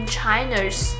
China's